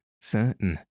certain